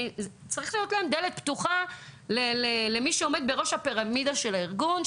צריכה להיות להן דלת פתוחה למי שעומד בראש הפירמידה של הארגון,